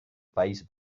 país